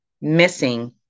missing